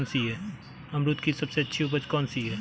अमरूद की सबसे अच्छी उपज कौन सी है?